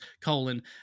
colon